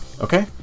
okay